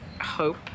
hope